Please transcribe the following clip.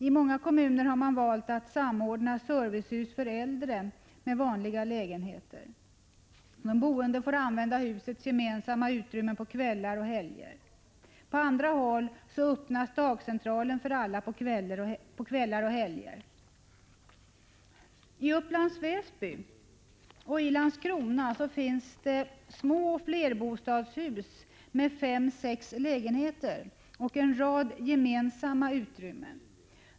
I många kommuner har man valt att samordna servicehus för äldre med vanliga lägenheter. De boende får använda husets gemensamma utrymmen på kvällar och helger. På andra håll öppnas dagcentralen för alla på kvällar och helger. I Upplands Väsby och Landskrona finns det små flerbostadshus med fem-sex lägenheter och en rad gemensamma utrymmen.